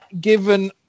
given